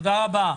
תודה רבה.